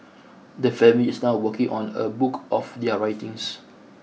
the family is now working on a book of their writings